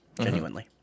genuinely